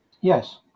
Yes